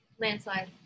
Landslide